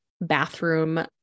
bathroom